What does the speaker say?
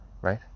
right